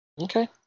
Okay